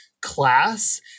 class